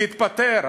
תתפטר.